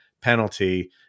penalty